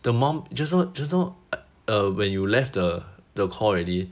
the mum just now just now err when you left the the call already